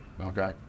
okay